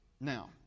Now